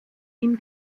ihm